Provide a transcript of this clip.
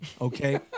Okay